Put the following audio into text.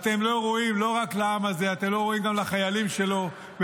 אתם לא ראויים למקום הזה ואתם לא ראויים לעם הזה.